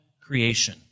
creation